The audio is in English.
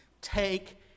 Take